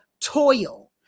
toil